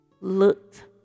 looked